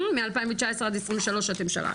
כן, מ-2019 עד 23, אתם שלחתם.